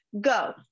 Go